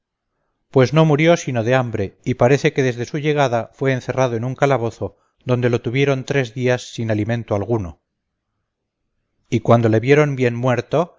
pues no murió sino de hambre y parece que desde su llegada fue encerrado en un calabozo donde lo tuvieron tres días sin alimento alguno y cuando le vieron bien muerto